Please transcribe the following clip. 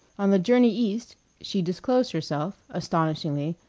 on the journey east she disclosed herself, astonishingly,